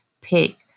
pick